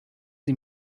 sie